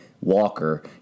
walker